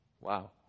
Wow